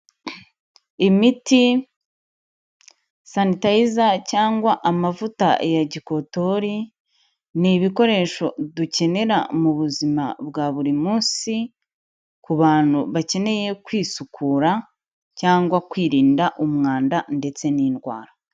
Imiti, sanitiza cyangwa amavuta ya gikotori, ni ibikoresho dukenera mu buzima bwa buri munsi ku bantu bakeneye kwisukura cyangwa kwirinda umwanda ndetse n'indwara.